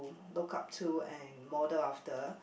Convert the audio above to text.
look up to and model after